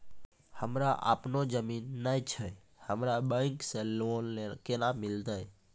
हमरा आपनौ जमीन नैय छै हमरा बैंक से लोन केना मिलतै?